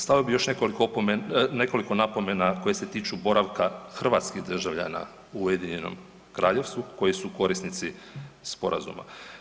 Stavio bi još nekoliko napomena koje se tiču boravka hrvatskih državljana u Ujedinjenom Kraljevstvu koji su korisnici sporazuma.